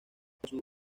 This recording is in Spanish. debido